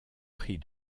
prix